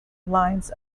lines